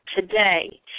today